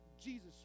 Jesus